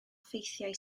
ffeithiau